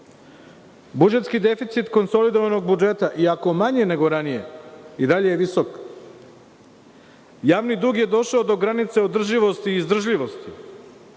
Budžetski deficit konsolidovanog budžeta iako manji nego ranije i dalje je visok. Javni dug je došao do granica održivosti i izdržljivosti,